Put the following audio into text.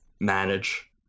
manage